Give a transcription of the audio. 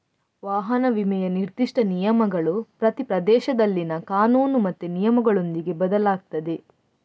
ವಾಹನ ವಿಮೆಯ ನಿರ್ದಿಷ್ಟ ನಿಯಮಗಳು ಪ್ರತಿ ಪ್ರದೇಶದಲ್ಲಿನ ಕಾನೂನು ಮತ್ತೆ ನಿಯಮಗಳೊಂದಿಗೆ ಬದಲಾಗ್ತದೆ